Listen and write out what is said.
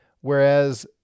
Whereas